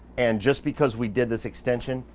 and just because we did this extension,